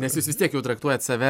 nes jūs vis tiek jau traktuojat save